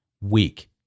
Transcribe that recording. Weak